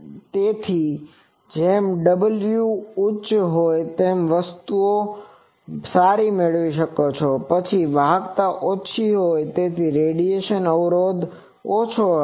તેથી જેમ W ઉચ્ચ હોઈ તો તમે વસ્તુઓ મેળવી સકો છો પરંતુ પછી વાહકતા ઓછી છે તેથી રેડિયેશન અવરોધ ઓછો હશે